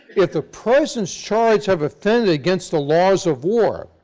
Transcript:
if the persons charged have offended against the laws of war,